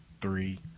Three